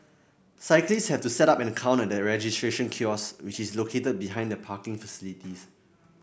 cyclists have to set up in an account at the registration kiosks which is located behind the parking facility